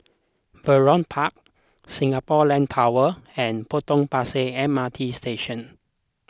Vernon Park Singapore Land Tower and Potong Pasir M R T Station